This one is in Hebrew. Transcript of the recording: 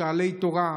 בשעלי תורה.